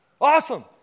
Awesome